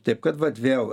taip kad vat vėl